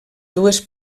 dues